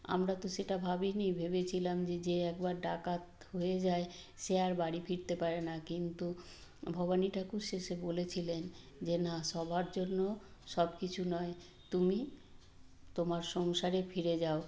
আমরা তো সেটা ভাবিনি ভেবেছিলাম যে যে একবার ডাকাত হয়ে যায় সে আর বাড়ি ফিরতে পারে না কিন্তু ভবানী ঠাকুর শেষে বলেছিলেন যে না সবার জন্য সব কিছু নয় তুমি তোমার সংসারে ফিরে যাও